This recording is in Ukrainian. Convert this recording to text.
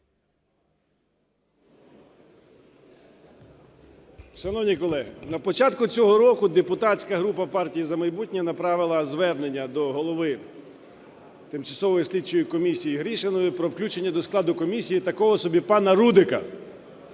Шановні колеги, на початку цього року депутатська група "Партія "За майбутнє" направила звернення до голови Тимчасової слідчої комісії з рішенням про включення до складу комісії такого собі пана Рудика.